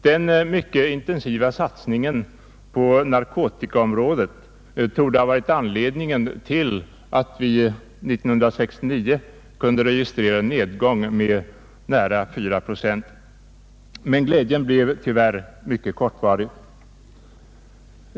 Den mycket intensiva satsningen på narkotikaområdet torde ha varit anledningen till att vi under 1969 kunde registrera en nedgång med nära fyra procent, men glädjen blev tyvärr mycket kortvarig.